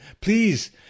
Please